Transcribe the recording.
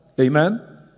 Amen